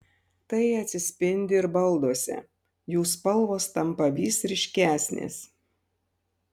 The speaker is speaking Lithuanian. tai atsispindi ir balduose jų spalvos tampa vis ryškesnės